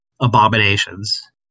abominations